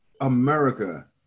america